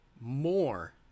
more